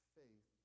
faith